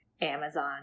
Amazon